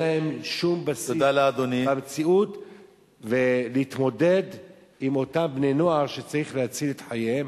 להן שום בסיס במציאות להתמודד עם אותם בני נוער שצריך להציל את חייהם.